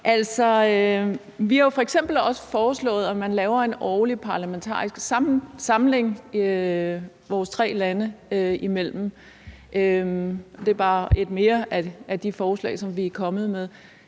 Vi har jo f.eks. også foreslået, at man laver en årlig parlamentarisk samling vores tre lande imellem. Det er bare endnu et af de forslag, som vi er kommet med.